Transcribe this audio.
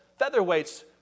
featherweights